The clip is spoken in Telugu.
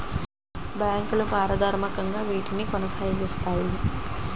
బ్యాంకులు పారదర్శకంగా వీటిని కొనసాగిస్తాయి